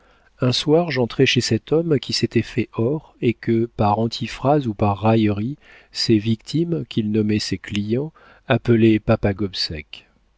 un soir j'entrai chez cet homme qui s'était fait or et que par antiphrase ou par raillerie ses victimes qu'il nommait ses clients appelaient papa